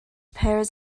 pears